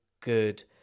good